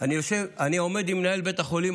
אני עומד עם מנהל בית החולים,